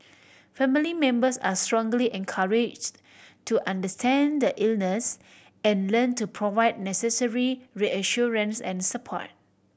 family members are strongly encouraged to understand the illness and learn to provide necessary reassurance and support